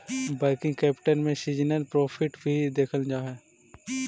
working capital में seasonal profit भी देखल जा हई